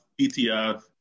ETF